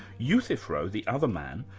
euthyphro, the other man,